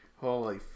Holy